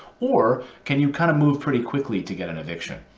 or can you kind of move pretty quickly to get an eviction?